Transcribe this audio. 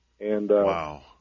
Wow